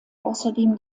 außerdem